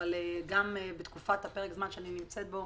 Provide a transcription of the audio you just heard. אבל גם בתקופת פרק הזמן שאני נמצאת בו